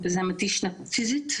זה מתיש פיזית,